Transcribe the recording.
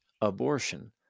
abortion